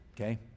Okay